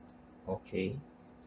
okay